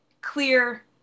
clear